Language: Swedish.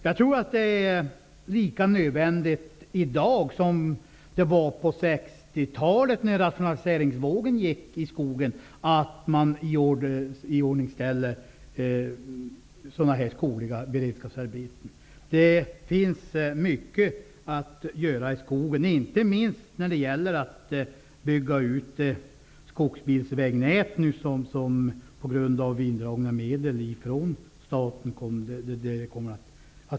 Jag tror att det är lika nödvändigt i dag, som det var på 60-talet när rationaliseringsvågen drabbade skogsbruket, att man iordningställer skogliga beredskapsarbeten. Det finns mycket att göra i skogen, inte minst när det gäller att bygga ut skogsbilvägnätet, trots indragna medel från staten.